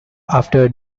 after